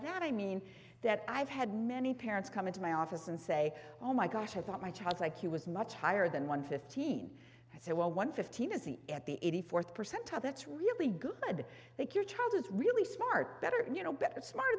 that i mean that i've had many parents come into my office and say oh my gosh i thought my child's i q was much higher than one fifteen and i said well one fifteen is the at the eighty fourth percentile that's really good that your child is really smart better you know